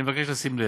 אני מבקש לשים לב: